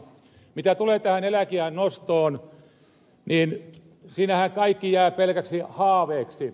mitä tulee tähän eläkeiän nostoon niin siinähän kaikki jää pelkäksi haaveeksi